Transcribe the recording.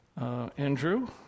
Andrew